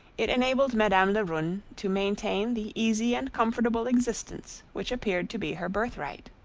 it enabled madame lebrun to maintain the easy and comfortable existence which appeared to be her birthright.